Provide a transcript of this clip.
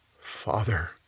Father